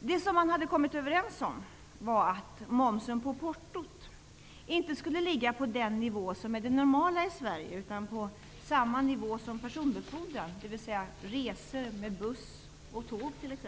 Det som de kommit överens om var att momsen på portot inte skulle ligga på den nivå som är den normala i Sverige utan på samma nivå som för personbefordran, dvs. t.ex. resor med buss och tåg.